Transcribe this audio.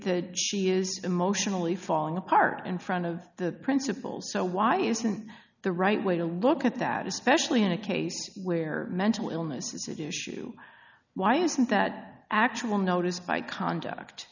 that she is emotionally falling apart in front of the principals so why isn't the right way to look at that especially in a case where mental illness is issue why isn't that actual notice by conduct